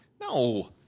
No